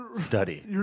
study